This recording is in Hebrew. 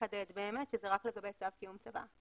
נחדד כי זה רק לגבי צו קיום צוואה.